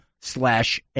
slash